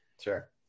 Sure